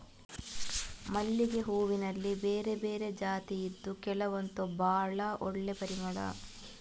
ಮಲ್ಲಿಗೆ ಹೂನಲ್ಲಿ ಬೇರೆ ಬೇರೆ ಜಾತಿ ಇದ್ದು ಕೆಲವಂತೂ ಭಾಳ ಒಳ್ಳೆ ಪರಿಮಳ